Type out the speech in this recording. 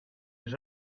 his